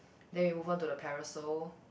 then we move on to the parasol